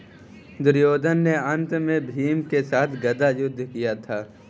दुर्योधन ने अन्त में भीम के साथ गदा युद्ध किया था